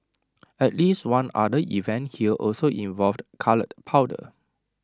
at least one other event here also involved coloured powder